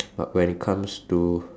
uh when it comes to